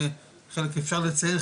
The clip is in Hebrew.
חלק אפשר לציין,